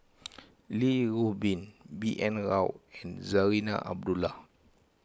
Li Rulin B N Rao and Zarinah Abdullah